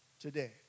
today